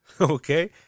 Okay